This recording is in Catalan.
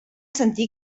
sentir